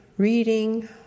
reading